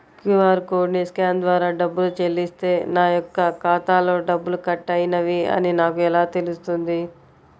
QR కోడ్ని scan ద్వారా డబ్బులు చెల్లిస్తే నా యొక్క ఖాతాలో డబ్బులు కట్ అయినవి అని నాకు ఎలా తెలుస్తుంది?